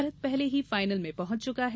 भारत पहले ही फाइनल में पहुंच चुका है